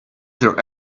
there